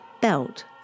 belt